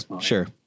Sure